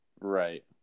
Right